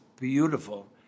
beautiful